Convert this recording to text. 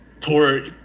poor